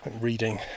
reading